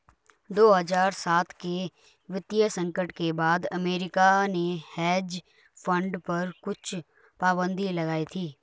दो हज़ार सात के वित्तीय संकट के बाद अमेरिका ने हेज फंड पर कुछ पाबन्दी लगाई थी